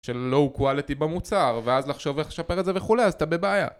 של לואו-קואליטי במוצר, ואז לחשוב איך לשפר את זה וכולי, אז אתה בבעיה